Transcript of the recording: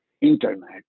internet